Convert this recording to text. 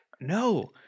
No